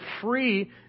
free